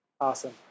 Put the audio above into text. awesome